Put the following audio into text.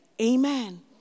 Amen